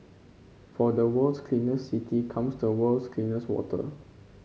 from the world's cleanest city comes the world's cleanest water